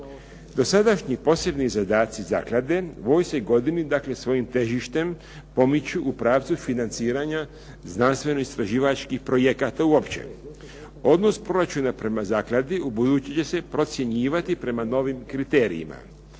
Dosadašnji posebni zadaci zaklade u ovoj se godini, dakle svojim težištem, pomiču u pravcu financiranja znanstveno-istraživačkih projekata uopće. Odnos proračuna prema zakladi ubuduće će se procjenjivati prema novim kriterijima.